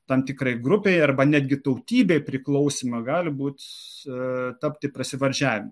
tam tikrai grupei arba netgi tautybei priklausymą gali būti tapti prasivardžiavimu